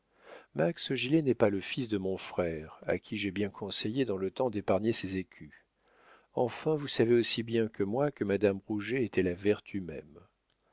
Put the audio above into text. gilet n'est pas le fils de mon frère à qui j'ai bien conseillé dans le temps d'épargner ses écus enfin vous savez aussi bien que moi que madame rouget était la vertu même